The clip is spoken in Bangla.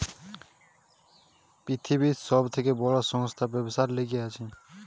পৃথিবীর সব থেকে বড় সংস্থা ব্যবসার লিগে আছে